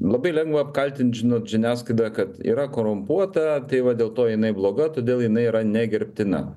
labai lengva apkaltint žinot žiniasklaidą kad yra korumpuota tai va dėl to jinai bloga todėl jinai yra negerbtina